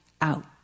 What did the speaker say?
out